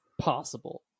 possible